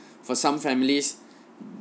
for some families